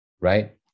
right